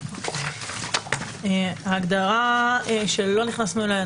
ההגדרה שלא נכנסנו אליה,